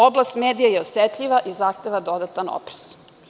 Oblast medija je osetljiva i zahteva dodatan oprez.